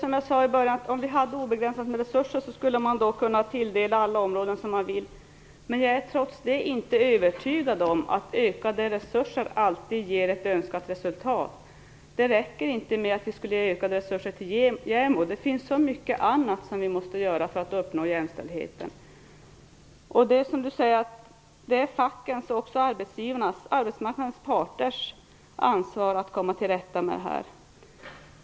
Herr talman! Om vi hade obegränsade resurser skulle man kunna tilldela pengar till alla områden som man vill stödja. Jag är trots det inte övertygad om att ökade resurser alltid ger ett önskat resultat. Det räcker inte med att ge ökade resurser till JämO. Det finns så mycket annat som vi måste göra för att uppnå jämställdhet. Det är som Ingrid Burman säger arbetsmarknadens parters ansvar att komma till rätta med detta.